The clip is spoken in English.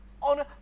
on